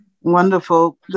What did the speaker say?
Wonderful